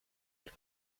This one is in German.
wird